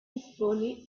expone